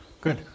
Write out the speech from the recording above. Good